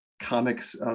comics